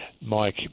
Mike